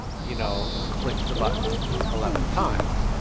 you know, clicked the button eleven times.